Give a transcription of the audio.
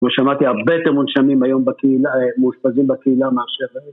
ושמעתי, הרבה את המונשמים היום בקהילה, אה, מאושפזים בקהילה מאשר...